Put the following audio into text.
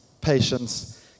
patience